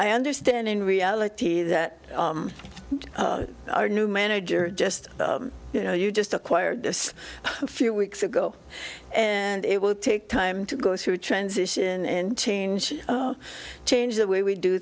i understand in reality that our new manager just you know you just acquired this a few weeks ago and it will take time to go through a transition and change change the way we do